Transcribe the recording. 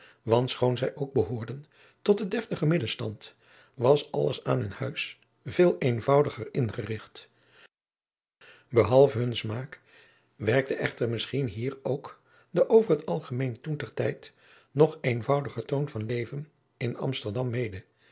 want schoon zij ook behoorden tot den deftigen middelstand was alles aan hun huis veel eenvoudiger ingerigt behalve hun smaak werkte echter misschien hier ook de over t algemeen toen ter tijd nog eenvoudiger toon van leven in amsterdam mede